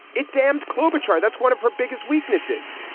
it damned klobuchar. that's one of her biggest weaknesses.